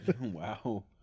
Wow